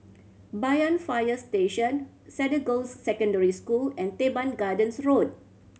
Banyan Fire Station Cedar Girls' Secondary School and Teban Gardens Road